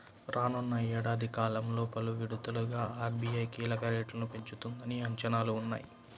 రానున్న ఏడాది కాలంలో పలు విడతలుగా ఆర్.బీ.ఐ కీలక రేట్లను పెంచుతుందన్న అంచనాలు ఉన్నాయి